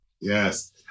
Yes